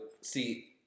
see